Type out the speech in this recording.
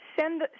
Send